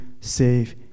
save